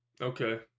okay